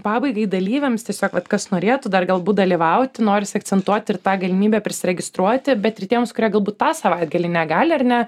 pabaigai dalyviams tiesiog vat kas norėtų dar galbūt dalyvauti norisi akcentuoti ir tą galimybę prisiregistruoti bet ir tiems kurie galbūt tą savaitgalį negali ar ne